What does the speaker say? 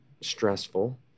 stressful